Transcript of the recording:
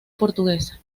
portuguesa